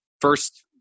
first